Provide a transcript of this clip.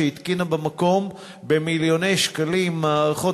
שהתקינה במקום במיליוני שקלים מערכות